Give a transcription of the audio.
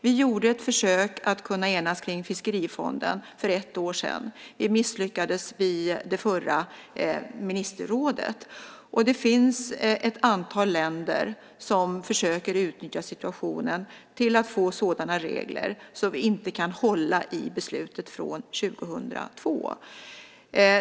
Vi gjorde ett försök att enas om fiskerifonden för ett år sedan. Vi misslyckades vid det förra ministerrådsmötet. Det finns ett antal länder som försöker utnyttja situationen till att få sådana regler som inte kan hålla enligt beslutet från 2002.